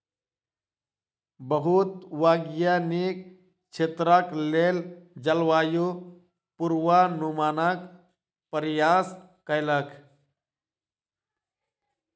बहुत वैज्ञानिक क्षेत्रक लेल जलवायु पूर्वानुमानक प्रयास कयलक